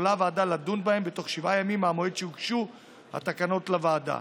יכולה הוועדה לדון בהן בתוך שבעה ימים מהמועד שהוגשו התקנות לוועדה